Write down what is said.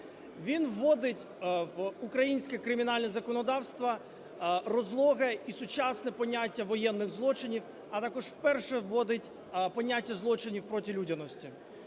Він вводить в українське кримінальне законодавство розлоге і сучасне поняття воєнних злочинів, а також вперше вводить поняття злочинів проти людяності.